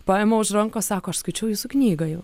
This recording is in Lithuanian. paima už rankos sako aš skaičiau jūsų knygą jau